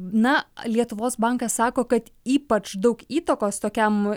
na lietuvos bankas sako kad ypač daug įtakos tokiam